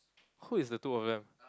who is the two of them